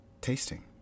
tasting